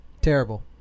Terrible